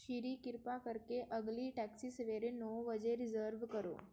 ਸਿਰੀ ਕਿਰਪਾ ਕਰ ਕੇ ਅਗਲੀ ਟੈਕਸੀ ਸਵੇਰੇ ਨੌਂ ਵਜੇ ਰਿਜ਼ਰਵ ਕਰੋ